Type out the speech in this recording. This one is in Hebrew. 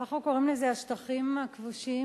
אנחנו קוראים לזה "השטחים הכבושים",